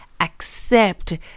accept